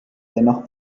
dennoch